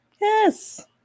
yes